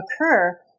occur